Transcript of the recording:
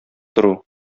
тору